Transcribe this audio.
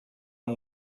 amb